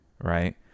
right